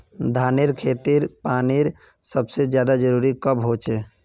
धानेर खेतीत पानीर सबसे ज्यादा जरुरी कब होचे?